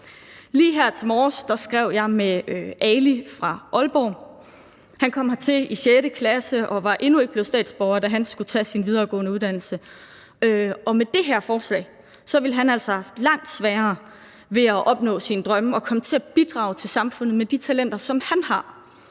Lige her til morgen skrev jeg med Ali fra Aalborg. Han kom hertil i sjette klasse og var endnu ikke blevet dansk statsborger, da han skulle tage sin videregående uddannelse, men med det her forslag ville han have haft langt sværere ved at opnå sine drømme og komme til at bidrage til samfundet med de talenter, som han har.